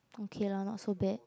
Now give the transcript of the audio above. okay lah not so bad